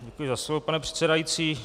Děkuji za slovo, pane předsedající.